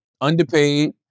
underpaid